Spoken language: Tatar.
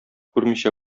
күрмичә